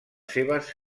seves